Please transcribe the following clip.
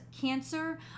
cancer